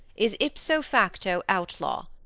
is ipso facto outlaw,